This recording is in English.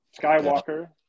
Skywalker